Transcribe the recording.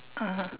(uh huh)